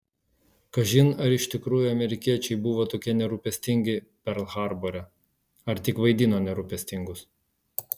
kažin ar iš tikrųjų amerikiečiai buvo tokie nerūpestingi perl harbore ar tik vaidino nerūpestingus